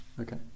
okay